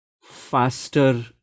faster